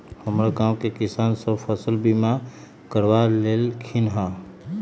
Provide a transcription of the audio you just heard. हमर गांव के किसान सभ फसल बीमा करबा लेलखिन्ह ह